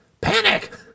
panic